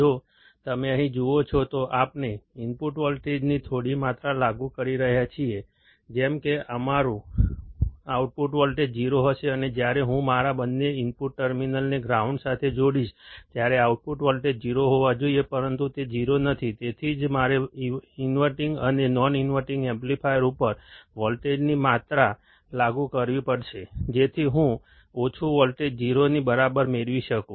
જો તમે અહીં જુઓ છો તો આપણે ઇનપુટ વોલ્ટેજની થોડી માત્રા લાગુ કરી રહ્યા છીએ જેમ કે મારું આઉટપુટ વોલ્ટેજ 0 હશે અને જ્યારે હું મારા બંને ઇનપુટ ટર્મિનલને ગ્રાઉન્ડ સાથે જોડીશ ત્યારે આઉટપુટ વોલ્ટેજ 0 હોવા જોઈએ પરંતુ તે 0 નથી તેથી જ મારે ઇન્વર્ટીંગ અને નોન ઇન્વર્ટીંગ એમ્પ્લીફાયર ઉપર વોલ્ટેજની થોડી માત્રા લાગુ કરવી પડશે જેથી હું આઉટપુટ વોલ્ટેજ 0 ની બરાબર મેળવી શકું